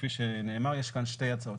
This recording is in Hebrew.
כפי שנאמר, יש כאן שתי הצעות.